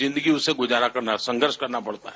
जिन्दगी उसे गुजारा करना संघर्ष करना पड़ता है